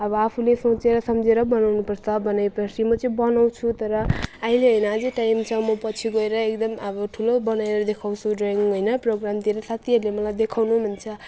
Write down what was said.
अब आफूले सोचेर सम्झेर बनाउनुपर्छ बनाएपछि म चाहिँ बनाउँछु तर अहिले होइन अझै टाइम छ म पछि गएर एकदम अब ठुलो बनाएर देखाउँछु ड्रइङ होइन प्रोग्रामतिर साथीहरूले मलाई देखाउनु भन्छ